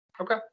Okay